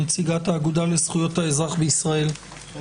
נציגת האגודה לזכויות האזרח בישראל.